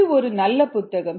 இது ஒரு நல்ல புத்தகம்